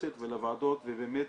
לכנסת ולוועדות ובאמת